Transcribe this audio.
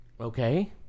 Okay